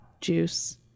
juice